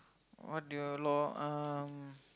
what do you lor um